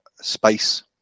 space